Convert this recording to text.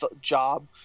job